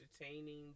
entertaining